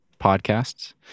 podcasts